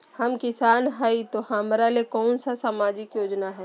हम किसान हई तो हमरा ले कोन सा सामाजिक योजना है?